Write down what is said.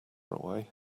away